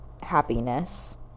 happiness